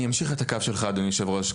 אני אמשיך את הקו שלך אדוני היושב ראש.